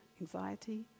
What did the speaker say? anxiety